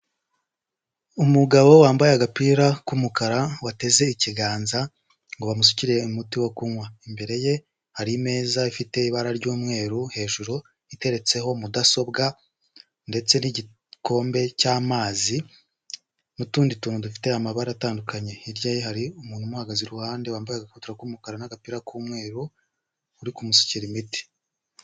Umugabo wambaye agapira k'umukara wateze ikiganza ngo bamusukire umuti wo kunywa, imbere ye hari imeza ifite ibara ry'umweru hejuru iteretseho mudasobwa, ndetse n'igikombe cy'amazi n'utundi tuntu dufite amabara atandukanye. Hirya ye hari umuntu umuhagaze iruhande wambaye agakabutura k'umukara n'agapira k'umweru, uri kumusukira imiti.